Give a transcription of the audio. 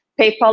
PayPal